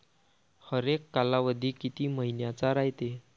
हरेक कालावधी किती मइन्याचा रायते?